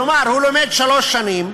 כלומר, הוא לומד שלוש שנים,